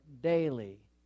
daily